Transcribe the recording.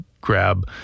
grab